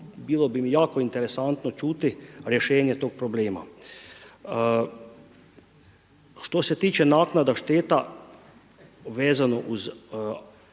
bilo bi mi jako interesantno čuti rješenje tog problema. Što se tiče naknada šteta, vezano uz